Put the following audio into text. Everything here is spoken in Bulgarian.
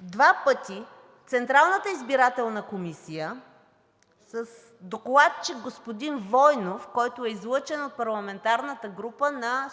два пъти Централната избирателна комисия с докладчик господин Войнов, който е излъчен от парламентарната група на